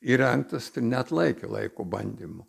įrengtas neatlaikė laiko bandymų